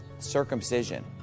circumcision